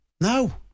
No